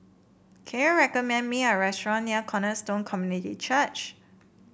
can you recommend me a restaurant near Cornerstone Community Church